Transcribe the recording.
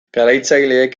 garatzaileek